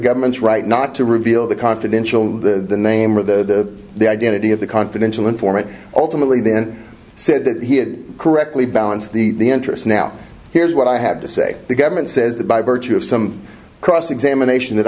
government's right not to reveal the confidential the name of the the identity of the confidential informant ultimately then said that he had correctly balance the interest now here's what i have to say the government says that by virtue of some cross examination that